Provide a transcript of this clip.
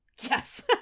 Yes